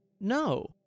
No